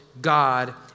God